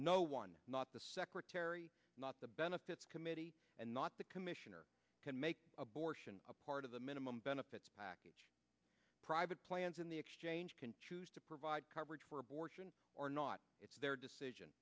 no one not the secretary not the benefits committee and not the commissioner can make abortion a part of the minimum benefits package private plans in the exchange can choose to provide coverage for abortion or not it's their decision